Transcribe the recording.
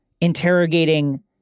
interrogating